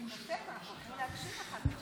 ברוך השם, אנחנו הולכים להגשים אחת עכשיו.